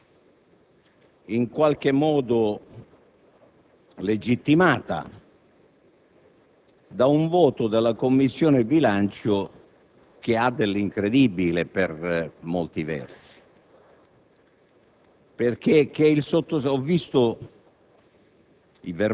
sollevata, alimentata e in qualche modo legittimata da un voto della Commissione bilancio, che per molti versi